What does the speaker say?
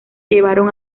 llevaron